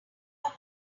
have